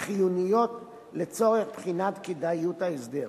החיוניות לצורך בחינת כדאיות ההסדר.